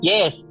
Yes